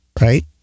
right